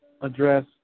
address